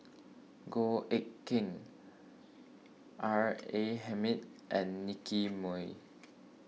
Goh Eck Kheng R A Hamid and Nicky Moey